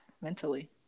mentally